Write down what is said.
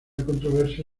controversia